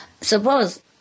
suppose